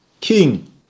king